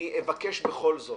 אבקש בכל זאת